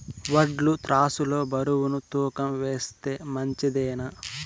వడ్లు త్రాసు లో బరువును తూకం వేస్తే మంచిదేనా?